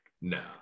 No